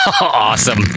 Awesome